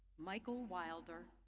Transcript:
michael wilder,